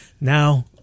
Now